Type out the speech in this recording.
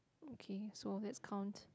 okay so that's count